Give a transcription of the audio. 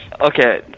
Okay